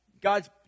God's